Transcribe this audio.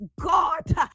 God